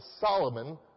Solomon